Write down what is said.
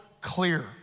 clear